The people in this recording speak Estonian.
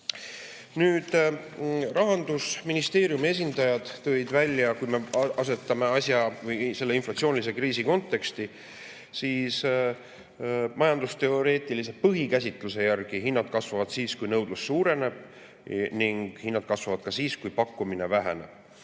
Rahandusministeeriumi esindajad tõid välja, et kui me [vaatame olukorda] inflatsioonilise kriisi kontekstis, siis majandusteoreetilise põhikäsitluse järgi hinnad tõusevad siis, kui nõudlus suureneb. Ning hinnad tõusevad ka siis, kui pakkumine väheneb.